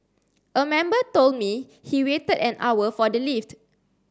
a member told me he waited an hour for the lift